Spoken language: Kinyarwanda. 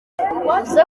uze